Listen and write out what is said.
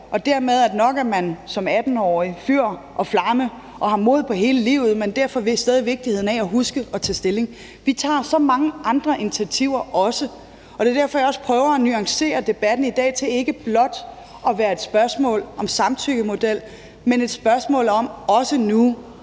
og dermed siger, at nok er man som 18-årig fyr og flamme og har mod på hele livet, men derfor er det stadig vigtigt at huske at tage stilling. Vi tager så mange andre initiativer, og det er derfor, at jeg også prøver at nuancere debatten i dag. Det er ikke blot et spørgsmål om samtykkemodel. Det er også et spørgsmål om nu